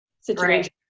situation